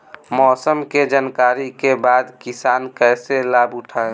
मौसम के जानकरी के बाद किसान कैसे लाभ उठाएं?